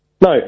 no